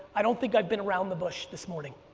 i don't think i've been around the bush this morning.